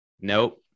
nope